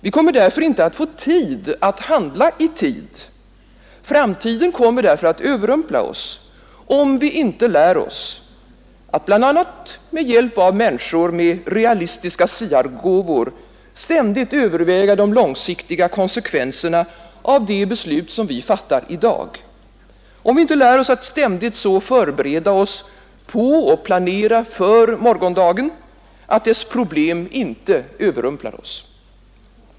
Vi kommer därför inte att få tid att handla i tid, framtiden kommer att överrumpla oss, om vi inte lär oss att — bl.a. med hjälp av människor med realistiska siargåvor — ständigt överväga de långsiktiga konsekvenserna av de beslut som vi fattar i dag, ständigt lär oss att så förbereda oss på och planera för morgondagen att dess problem inte överrumplar oss.